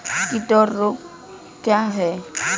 कीट और रोग क्या हैं?